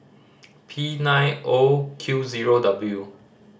P nine O Q zero W